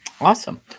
Awesome